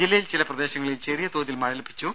ജില്ലയിൽ ചില പ്രദേശങ്ങളിൽ ചെറിയതോതിൽ മഴ ലഭിച്ചു